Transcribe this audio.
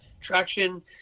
traction